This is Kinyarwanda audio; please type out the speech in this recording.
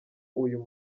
uyu